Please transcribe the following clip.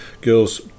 girls